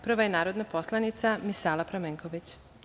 Prva je narodna poslanica Misala Pramenković.